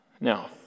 Now